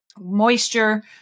moisture